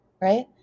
right